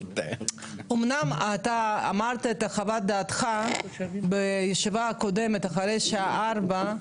אמנם אתה אמרת את חוות דעתך בישיבה הקודמת אחרי שעה ארבע,